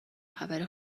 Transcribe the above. خبر